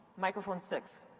microphone six.